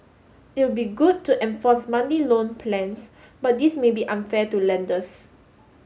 it'll be good to enforce monthly loan plans but this may be unfair to lenders